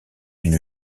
une